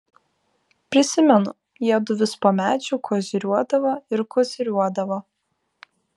prisimenu jiedu vis po medžiu koziriuodavo ir koziriuodavo